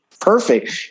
perfect